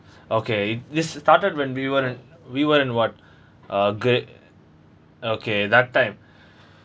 okay this started when we were we were in what uh grade okay that time